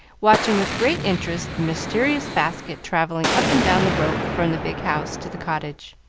watching with great interest the mysterious basket travelling up and down the rope from the big house to the cottage.